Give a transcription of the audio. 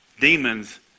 demons